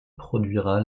produira